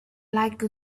like